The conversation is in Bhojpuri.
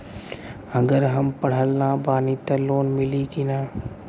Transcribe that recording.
अगर हम पढ़ल ना बानी त लोन मिली कि ना?